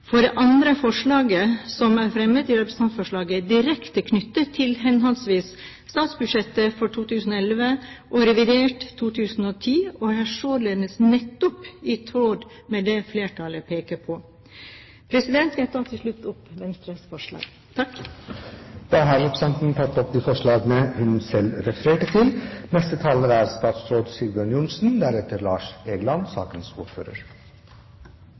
For det andre er forslagene som er fremmet i representantforslaget, direkte knyttet til henholdsvis statsbudsjettet for 2011 og revidert nasjonalbudsjett for 2010 og er således nettopp i tråd med det flertallet peker på. Jeg tar til slutt opp Venstres forslag. Representanten Borghild Tenden har tatt opp det forslaget hun refererte til.